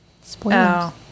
spoilers